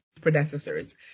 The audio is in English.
predecessors